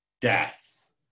deaths